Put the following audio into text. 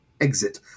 exit